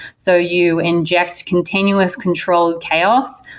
so you inject continuous controlled chaos.